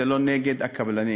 זה לא נגד הקבלנים.